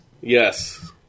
Yes